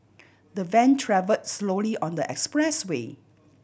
the van travel slowly on the expressway